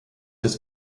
des